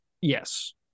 Yes